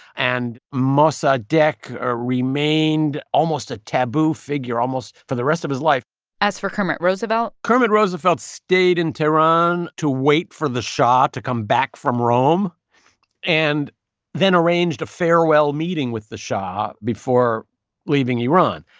and mossadegh remained almost a taboo figure, almost for the rest of his life as for kermit roosevelt. kermit roosevelt stayed in tehran to wait for the shah to come back from rome and then arranged a farewell meeting with the shah before leaving iran.